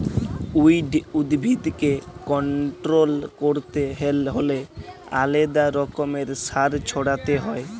weed উদ্ভিদকে control ক্যরতে হ্যলে আলেদা রকমের সার ছড়াতে হ্যয়